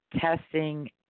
testing